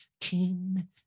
King